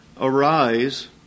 Arise